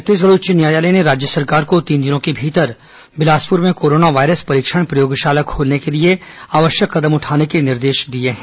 छत्तीसगढ़ उच्च न्यायालय ने राज्य सरकार को तीन दिनों के भीतर बिलासपुर में कोरोना वायरस परीक्षण प्रयोगशाला खोलने के लिए आवश्यक कदम उठाने के निर्देश दिए हैं